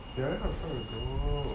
very hard to find bro